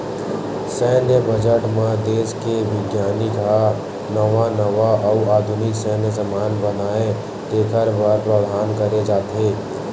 सैन्य बजट म देस के बिग्यानिक ह नवा नवा अउ आधुनिक सैन्य समान बनाए तेखर बर प्रावधान करे जाथे